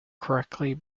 correctly